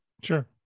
sure